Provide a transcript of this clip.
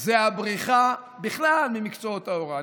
זה הבריחה בכלל ממקצועות ההוראה.